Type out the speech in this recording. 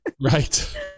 right